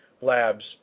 labs